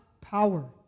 power